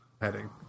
heading